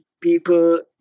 people